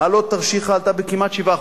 מעלות תרשיחא עלתה כמעט ב-7%.